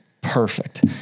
perfect